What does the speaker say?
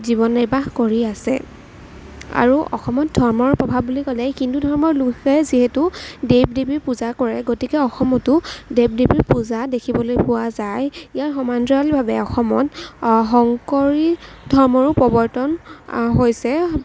জীৱন নিৰ্বাহ কৰি আছে আৰু অসমত ধৰ্মৰ প্ৰভাৱ বুলি কলে হিন্দু ধৰ্মৰ লোকে যিহেতু দেৱ দেৱীৰ পূজা কৰে গতিকে অসমতো দেৱ দেৱীৰ পূজা দেখিবলৈ পোৱা যায় ইয়াৰ সমান্তৰালভাৱে অসমত শংকৰী ধৰ্মৰো প্ৰৱৰ্তন হৈছে